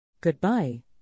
Goodbye